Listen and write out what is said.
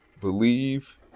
believe